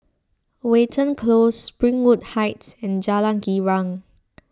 Watten Close Springwood Heights and Jalan Girang